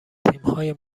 تیمهای